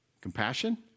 compassion